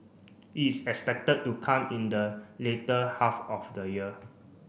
it is expected to come in the later half of the year